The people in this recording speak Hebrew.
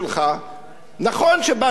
נכון שבאת למדינת ישראל,